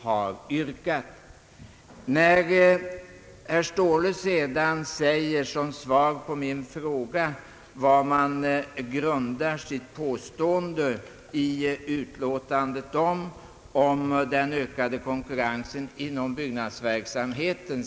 Jag frågade i mitt förra anförande vad utskottet grundar sitt uttalande om den ökade konkurrensen inom byggnadsverksamheten på.